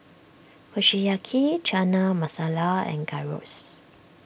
Kushiyaki Chana Masala and Gyros